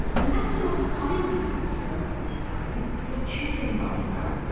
and that's the most common reason we hear from these families for choosing ron brown.